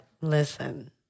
Listen